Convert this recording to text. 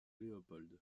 léopold